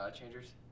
Changers